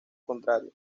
contrario